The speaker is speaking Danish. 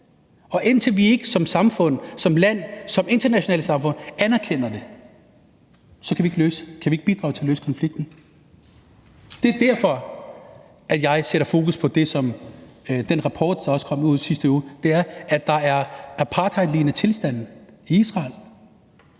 og indtil vi som samfund – både som land, men også internationalt – anerkender det, kan vi ikke bidrage til at løse konflikten. Det er derfor, at jeg sætter fokus på den rapport, der kom i sidste uge, nemlig at der er apartheidlignende tilstande i Israel.